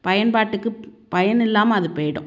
பயன்பாட்டுக்கு பயன் இல்லாமல் அது போயிடும்